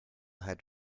had